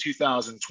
2020